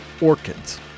orchids